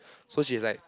so she's like